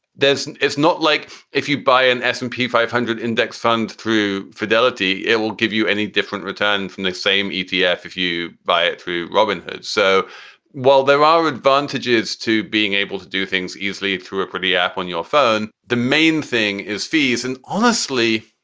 is and is not like if you buy an s and p five hundred index fund through fidelity, it will give you any different returns from the same etf. yeah if if you buy it through robinhood. so while there are advantages to being able to do things easily through a pretty app on your phone, the main thing is fees. and honestly.